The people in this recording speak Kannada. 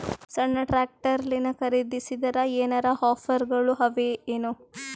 ಸಣ್ಣ ಟ್ರ್ಯಾಕ್ಟರ್ನಲ್ಲಿನ ಖರದಿಸಿದರ ಏನರ ಆಫರ್ ಗಳು ಅವಾಯೇನು?